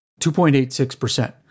2.86%